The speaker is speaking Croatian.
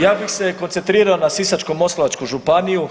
Ja bih se koncentrirao na Sisačko-moslavačku županiju.